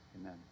amen